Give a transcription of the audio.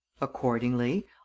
accordingly